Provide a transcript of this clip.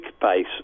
base